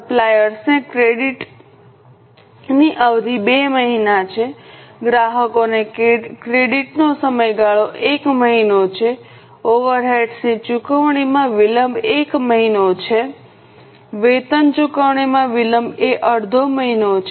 સપ્લાયર્સને ક્રેડિટની અવધિ 2 મહિના છે ગ્રાહકોને ક્રેડિટનો સમયગાળો 1 મહિનો છે ઓવરહેડ્સની ચુકવણીમાં વિલંબ 1 મહિનો છે વેતન ચુકવણીમાં વિલંબ એ અડધો મહિનો છે